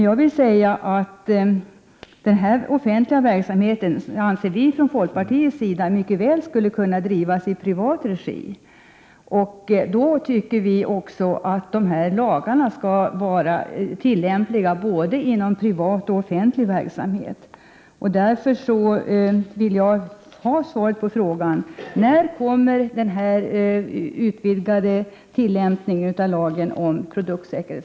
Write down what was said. Jag vill i stället påstå att vi i folkpartiet anser att den offentliga verksamheten mycket väl skulle kunna drivas i privat regi. Därför tycker vi också att lagarna skall vara tillämpliga inom både privat och offentlig verksamhet. Därför vill jag få svar på frågan: När kommer förslag om en utvidgning av tillämpningen av lagen om produktsäkerhet?